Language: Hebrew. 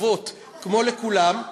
שוות כמו לכולם, אבל זה,